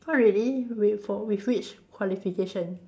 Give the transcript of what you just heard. orh really with for which qualification